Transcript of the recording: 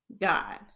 God